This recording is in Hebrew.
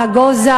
נגוזה,